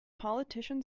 politician